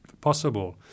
possible